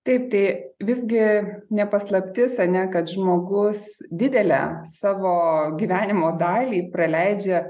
taip tai visgi ne paslaptis ar ne kad žmogus didelę savo gyvenimo dalį praleidžia